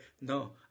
No